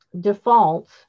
defaults